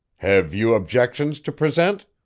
have you objections to present